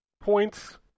points